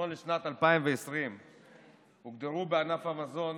נכון לשנת 2020 הוגדרו בענף המזון